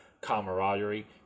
camaraderie